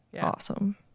Awesome